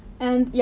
and, yeah.